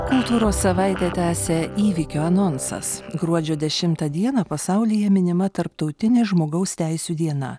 kultūros savaitę tęsia įvykio anonsas gruodžio dešimtą dieną pasaulyje minima tarptautinė žmogaus teisių diena